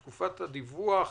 בתקופת הדיווח,